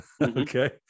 Okay